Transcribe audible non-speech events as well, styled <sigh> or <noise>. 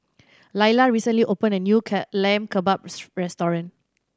Laila recently opened a new <unintelligible> Lamb Kebabs Restaurant